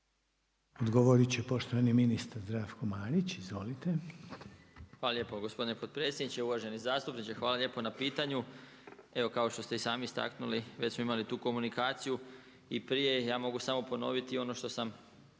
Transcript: Odgovorit će poštovani ministar Zdravko Marić, izvolite. **Marić, Zdravko** Hvala lijepo gospodine potpredsjedniče. Uvaženi zastupniče hvala lijepo na pitanju. Evo kao što ste i sami istaknuli već smo imali tu komunikaciju i prije i ja mogu samo ponoviti i ono što sam